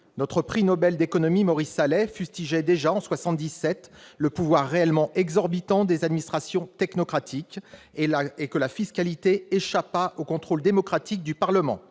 Notre prix Nobel d'économie Maurice Allais fustigeait déjà en 1977 le « pouvoir réellement exorbitant des administrations technocratiques », en regrettant que la fiscalité « échappât au contrôle démocratique du Parlement